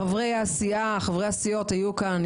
חברי הסיעות היו כאן,